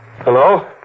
Hello